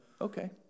okay